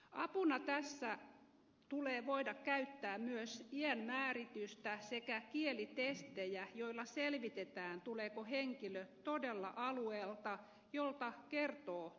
apuna tässä tulee voida käyttää myös iän määritystä sekä kielitestejä joilla selvitetään tuleeko henkilö todella alueelta jolta kertoo tulevansa